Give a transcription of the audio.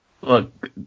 Look